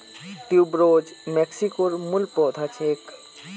tuberose मेक्सिकोर मूल पौधा छेक